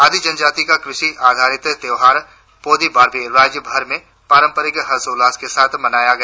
आदि जनजाति कृषि आधारित त्योहार पोदी बार्बी राज्य भर में पारंपरिक हर्षोल्लास के साथ मनाया गया